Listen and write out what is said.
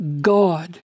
God